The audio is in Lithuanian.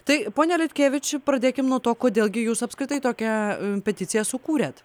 tai ponia liutkievič pradėkime nuo to kodėl gi jūs apskritai tokią peticiją sukūrėt